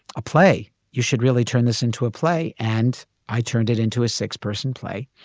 ah play. you should really turn this into a play. and i turned it into a six person play.